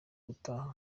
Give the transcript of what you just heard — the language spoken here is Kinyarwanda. utaha